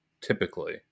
typically